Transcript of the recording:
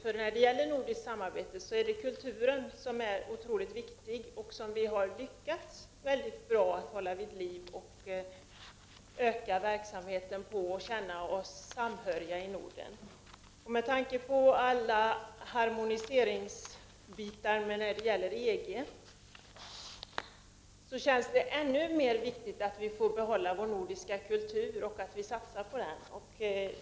Kulturen är nämligen otroligt viktig i det nordiska samarbetet, och vi har lyckats mycket bra när det gäller att hålla kulturen vid liv genom att utöka verksamheten och därigenom få människorna i Norden att känna samhörighet. Med tanke på all harmonisering i fråga om EG känns det ännu mer viktigt att vi får behålla vår nordiska kultur och att vi satsar på den.